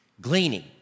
Gleaning